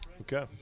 Okay